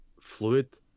fluid